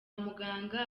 muganga